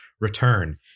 return